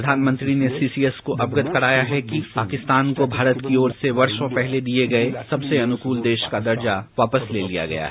प्रधानमंत्री ने सीसीएस को अवगत कराया है कि पाकिस्तान को भारत की ओर से वर्षो पहले दिए गए सबसे अनुकूल देश का दर्जा वापस ले लिया गया है